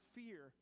fear